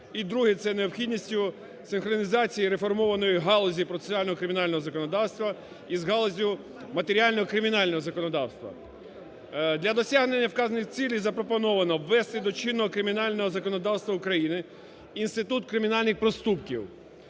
і, друге, це необхідністю синхронізації реформованої галузі процесуального Кримінального законодавства і з галуззю матеріального кримінального законодавства. Для досягнення вказаних цілей, запропоновано ввести до чинного кримінального законодавства України Інститут кримінальних проступків.